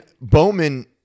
Bowman